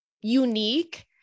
unique